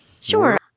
Sure